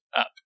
up